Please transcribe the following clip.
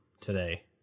today